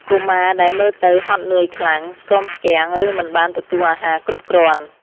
កុមារដែលមើលទៅហត់នឿយខ្លាំង ស្គមស្គាំង ឬមិនបានទទួលអាហារគ្រប់គ្រាន់។